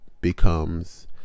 becomes